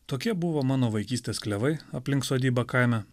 tokie buvo mano vaikystės klevai aplink sodybą kaime